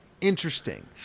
interesting